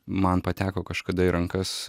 man pateko kažkada į rankas